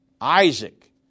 Isaac